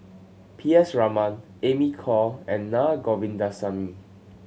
P S Raman Amy Khor and Naa Govindasamy